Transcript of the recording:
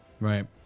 Right